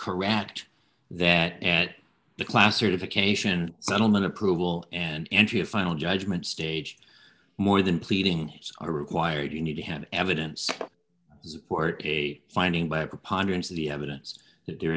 correct that at the classification settlement approval and entry of final judgment staged more than pleading a required you need to have evidence to support a finding by a preponderance of the evidence that there